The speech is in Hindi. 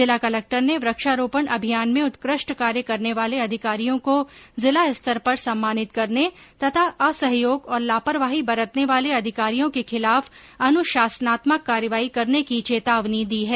जिला कलेक्टर ने वृक्षारोपण अभियान में उत्कृष्ट कार्य करने वाले अधिकारियों को जिला स्तर पर सम्मानित करने तथा असहयोग और लापरवाही बरतने वाले अधिकारियों के खिलाफ अनुशासनात्मक कार्यवाही करने की चेतावनी दी है